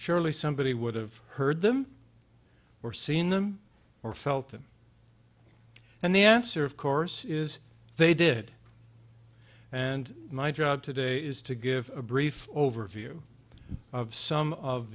surely somebody would have heard them or seen them or felt them and the answer of course is they did and my job today is to give a brief overview of some of